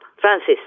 Francis